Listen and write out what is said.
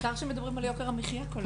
העיקר שמדברים על יוקר המחיה כל הזמן.